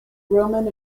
roman